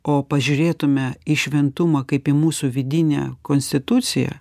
o pažiūrėtume į šventumą kaip į mūsų vidinę konstituciją